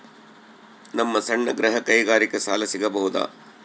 ನಮ್ಮ ಸಣ್ಣ ಗೃಹ ಕೈಗಾರಿಕೆಗೆ ಸಾಲ ಸಿಗಬಹುದಾ?